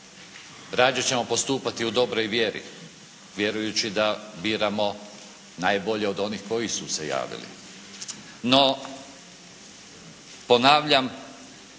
Rađe ćemo postupati u dobroj vjeri, vjerujući da biramo najbolje od onih koji su se javili.